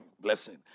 blessing